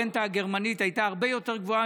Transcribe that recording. הרנטה הגרמנית הייתה הרבה יותר גבוהה